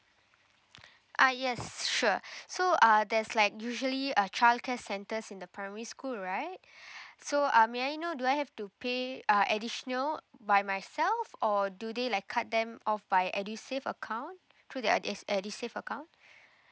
uh yes sure so uh there's like usually a childcare centers in the primary school right so uh may I know do I have to pay uh additional by myself or do they like cut them off by edusave account through their ed~ edusave account